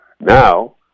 Now